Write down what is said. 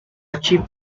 achieve